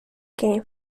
game